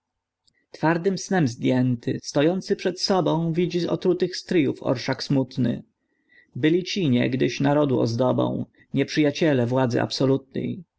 twardym snem zdjęty stojący przed sobą widzi otrutych stryjów orszak smutny byli ci niegdyś narodu ozdobą nieprzyjaciele władzy absolutnj